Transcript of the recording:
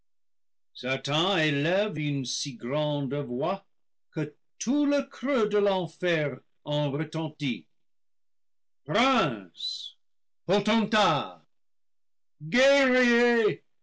si grande voix que tout le creux de l'enfer en retentit